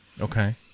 Okay